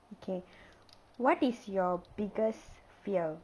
okay what is your biggest fear